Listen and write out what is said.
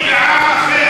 עם אחר,